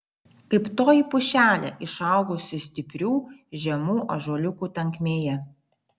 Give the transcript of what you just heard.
kaip toji pušelė išaugusi stiprių žemų ąžuoliukų tankmėje